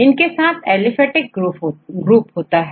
इनके साथ aliphatic group होते हैं